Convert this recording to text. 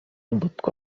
ботка